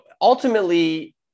ultimately